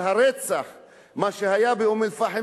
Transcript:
על הרצח שהיה באום אל-פחם,